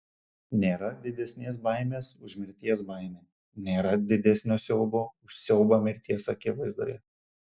nėra didesnės baimės už mirties baimę nėra didesnio siaubo už siaubą mirties akivaizdoje